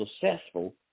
successful